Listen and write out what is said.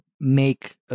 make